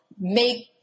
make